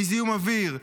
מזיהום אוויר.